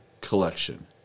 Collection